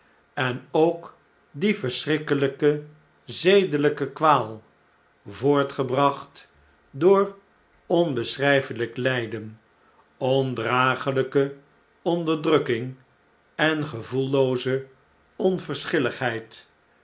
en ookdieverschrikkelgke zedelh'ke kwaal voortgebracht door onbeschrn'felijk iflden ondraagljjke onderdrukking en gevoellooze onverschilligheid